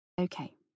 Okay